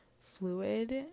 fluid